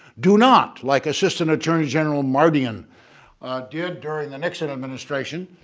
do not like assistant attorney general mardian did during the nixon administration,